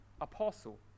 apostle